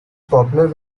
popular